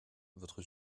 votre